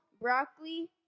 broccoli